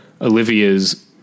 Olivia's